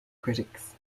critics